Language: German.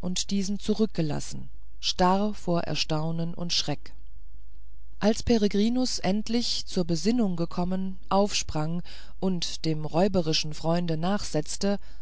und diesen zurückgelassen starr vor erstaunen und schreck als peregrinus endlich zur besinnung gekommen aufsprang und dem räuberischen freunde nachsetzte